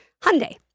Hyundai